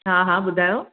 हा हा ॿुधायो